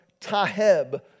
taheb